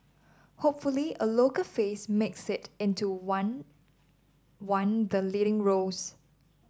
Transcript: hopefully a local face makes it into one one the leading roles